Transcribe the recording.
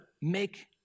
make